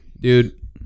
Dude